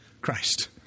Christ